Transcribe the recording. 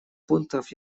пунктах